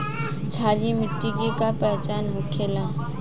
क्षारीय मिट्टी के का पहचान होखेला?